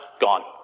gone